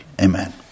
Amen